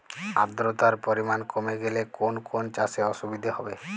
আদ্রতার পরিমাণ কমে গেলে কোন কোন চাষে অসুবিধে হবে?